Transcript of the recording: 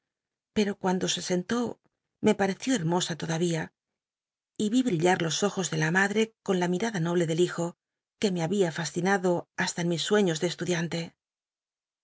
pero cuando s e sentó me pareció hermosa toda y d brillar los ojos ele la madre con la mirada noble del hijo que me babia fascinado hasta en mis sueños de estudiante